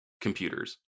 computers